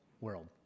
world